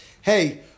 hey